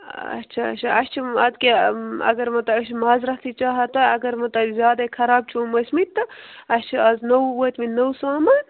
اچھا اچھا اَسہِ چھُ اَدٕ کیٛاہ اگر وۅنۍ تۄہہِ أسۍ مازرَتھٕے چاہا تہٕ اگر وۅنۍ تۄہہِ زیادٕے خراب چھُو یِم ٲسۍمٕتۍ تہٕ اَسہِ چھِ اَز نوٚو وٲتۍمِتۍ نوٚوُے سامان